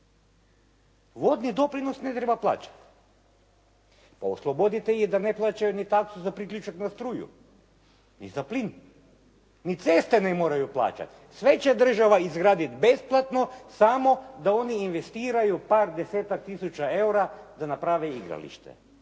Vodni doprinos ne treba plaćati. Oslobodite je da ne plaćaju ni taksu za priključak na struju, ni za plin, ni ceste ne moraju plaćati. Sve će država izgraditi besplatno, samo da oni investiraju par desetaka tisuća eura da naprave igralište,